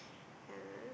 yeah